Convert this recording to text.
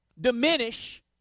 diminish